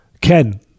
Ken